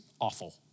awful